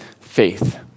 faith